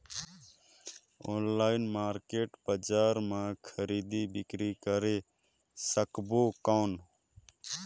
Online market बजार मां खरीदी बीकरी करे सकबो कौन?